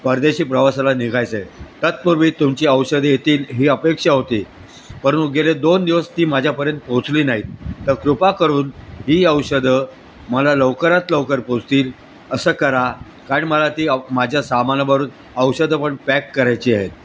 परदेशी प्रवासाला निघायचं आहे तत्पूर्वी तुमची औषध येतील ही अपेक्षा होती गेले दोन दिवस ती माझ्यापर्यंत पोचली नाहीत तर कृपा करून ही औषधं मला लवकरात लवकर पोहोचतील असं करा कारण मला ती माझ्या सामानाबरू औषधं पण पॅक करायची आहेत